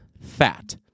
fat